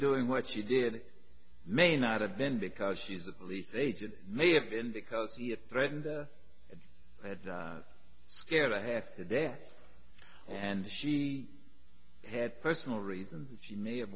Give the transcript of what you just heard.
doing what she did may not have been because she's a police agent may have been because he a threatened and scared i have today and she had personal reasons that she may have